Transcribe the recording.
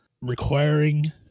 requiring